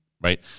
right